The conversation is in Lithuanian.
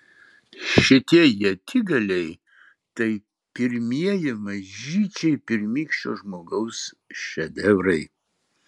šitie ietigaliai tai pirmieji mažyčiai pirmykščio žmogaus šedevrai